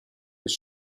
was